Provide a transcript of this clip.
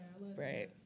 right